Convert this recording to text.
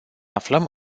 aflăm